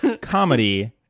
comedy